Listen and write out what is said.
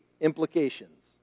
implications